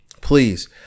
please